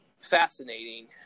fascinating